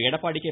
Edappadi K